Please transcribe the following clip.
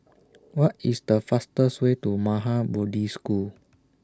What IS The fastest Way to Maha Bodhi School